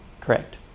correct